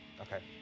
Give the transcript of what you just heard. Okay